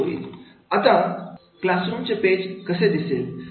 आता क्लासरूम चे पेज कसे दिसेल